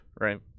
right